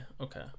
Okay